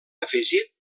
afegit